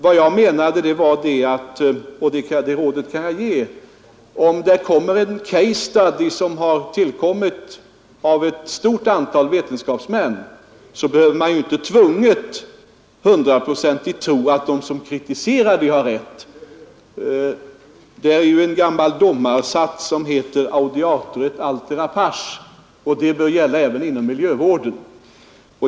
Vad jag menar, fru Mogård — och det rådet kan jag ge — är att om det kommer en case study som har utförts av ett stort antal vetenskapsmän behöver man inte tvunget hundraprocentigt tro att de som kritiserar det har rätt. Det finns en gammal domarsats som lyder: audiatur et altera pars, och den bör gälla även inom miljövården.